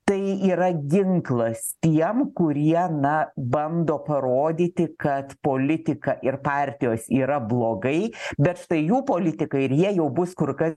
tai yra ginklas tiem kurie na bando parodyti kad politika ir partijos yra blogai bet štai jų politikai ir jie jau bus kur kas